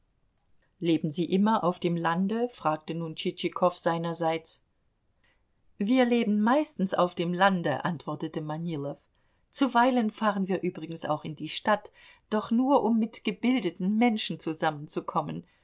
leben sie immer auf dem lande fragte nun tschitschikow seinerseits wir leben meistens auf dem lande antwortete manilow zuweilen fahren wir übrigens auch in die stadt doch nur um mit gebildeten menschen zusammenzukommen